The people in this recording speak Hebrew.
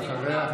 ואחריה,